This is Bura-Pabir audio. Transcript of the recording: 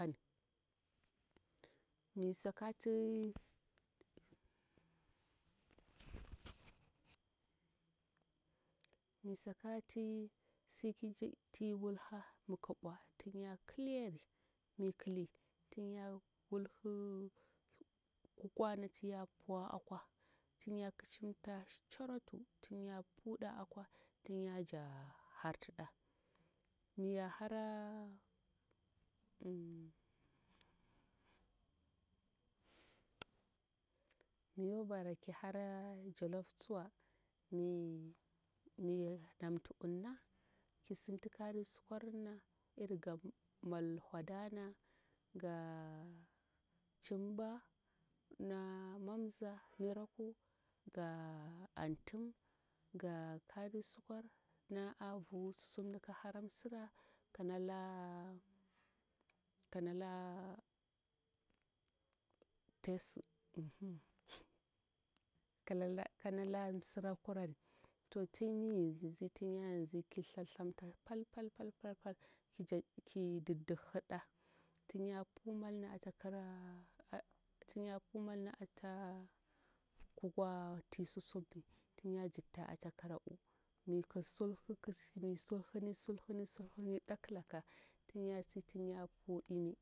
Mi sakati misakati sifi ti ti wulha mikib bwa ting ya kiliyari mi kili tinya wulhu kukwa nati ya puwa akwa tinya kicimta coratu tin ya puda akwa tin yaja harti da miya hara ahh mi yo bara ki hara jolof cuwa mi namtu urna ki sinti kari sukwarna iri ga mal wadana ga cimba na mamza miraku ga antim ga kari sukwar na a vu susumni ka hara msira kanala kanala tes hm kalala kanala msira kurari to ting min zin zi tin yangzi ki thath thamta pal pal pal pal pal kija ki diddihhida tin ya pu malni atakira tin ya pu malni ata kukwa ti susumni ti ya jikta ata u'u mi ki sulhuk mi sulhuni sulhuni sulhuni dakilaka tinyasi tin ya pu imi